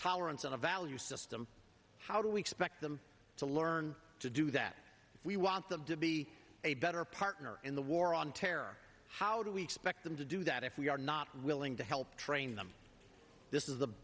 tolerance and a value system how do we expect them to learn to do that we want them to be a better partner in the war on terror how do we expect to do that if we are not willing to help train them this is the